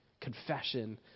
confession